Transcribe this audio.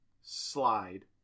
slide